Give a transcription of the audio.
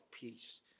peace